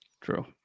True